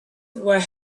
were